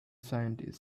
scientist